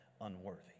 unworthy